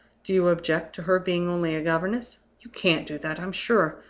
do you object to her being only a governess? you can't do that, i'm sure.